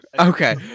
okay